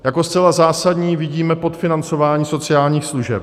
Jako zcela zásadní vidíme podfinancování sociálních služeb.